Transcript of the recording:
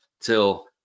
till